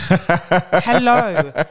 Hello